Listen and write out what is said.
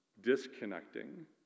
Disconnecting